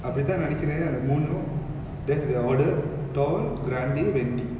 அப்டி தான் நெனைக்குறன் அந்த மூணும்:apdi than nenaikkuran antha moonum that's the order tall grande venti